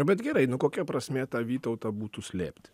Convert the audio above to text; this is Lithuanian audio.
bet gerai nu kokia prasmė tą vytautą būtų slėpti